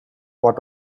what